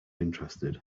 interested